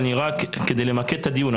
כדי למקד את הדיון,